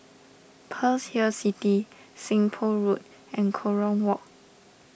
Pearl's Hill City Seng Poh Road and Kerong Walk